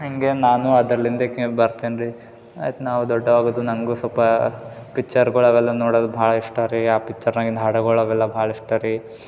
ಹೀಗೆ ನಾನು ಅದರ್ಲಿಂದ ಬರ್ತೇನೆ ರೀ ಆಯ್ತು ನಾವು ದೊಡ್ಡವ ಆಗೋದು ನನಗೂ ಸ್ವಲ್ಪ ಪಿಚ್ಚರ್ಗಳು ಅವೆಲ್ಲ ನೋಡೋದು ಭಾಳ ಇಷ್ಟ ರೀ ಆ ಪಿಚ್ಚರ್ನಾಗಿಂದ ಹಾಡಗಳು ಅವೆಲ್ಲ ಭಾಳ ಇಷ್ಟ ರೀ